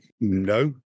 No